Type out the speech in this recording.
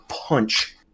punch